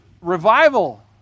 revival